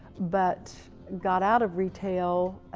but got out of retail.